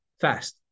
Fast